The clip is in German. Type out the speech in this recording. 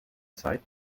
zeit